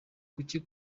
kuki